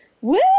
Woo